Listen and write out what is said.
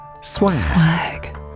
Swag